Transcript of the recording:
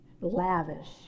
lavish